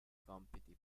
compiti